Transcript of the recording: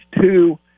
two